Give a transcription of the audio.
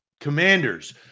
Commanders